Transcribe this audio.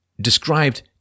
described